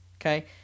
Okay